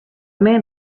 man